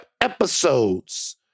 episodes